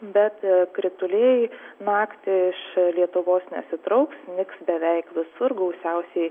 bet a krituliai naktį iš lietuvos nesitrauks snigs beveik visur gausiausiai